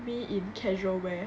me in casual wear